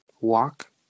walk